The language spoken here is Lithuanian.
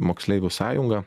moksleivių sąjunga